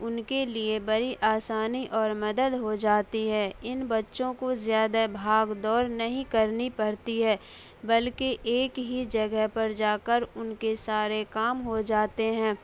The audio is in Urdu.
ان کے لیے بڑی آسانی اور مدد ہو جاتی ہے ان بچوں کو زیادہ بھاگ دور نہیں کرنی پرتی ہے بلکہ ایک ہی جگہ پر جا کر ان کے سارے کام ہو جاتے ہیں